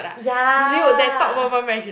ya